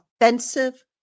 offensive